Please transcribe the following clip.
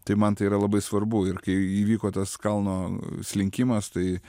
tai man tai yra labai svarbu ir kai įvyko tas kalno slinkimas tai